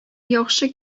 яхшы